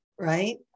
right